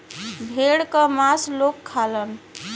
भेड़ क मांस लोग खालन